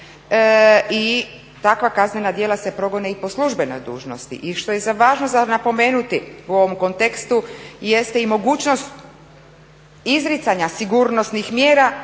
i takva kaznena djela se progone i po službenoj dužnosti. I što je važno za napomenuti u ovom kontekstu jeste i mogućnost izricanja sigurnosnih mjera